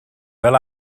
fel